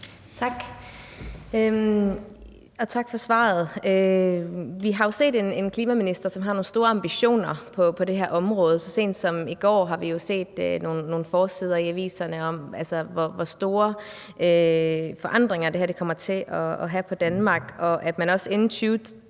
tak for svaret. Vi har jo set en klimaminister, som har nogle store ambitioner på det her område. Så sent som i går så vi nogle forsider i aviserne om, hvor store forandringer det her kommer til at have i Danmark, og at man også inden 2030